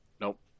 Nope